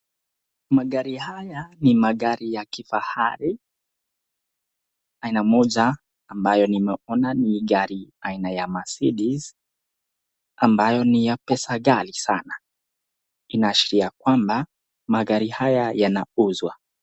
Magari haya ni magari ya kifahari, aina moja ambayo nimeona ni gari aina ya Mercedes ambayo ni ya pesa ghali sana, inaashiria kwamba magari haya yanauzwa.